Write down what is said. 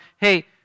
hey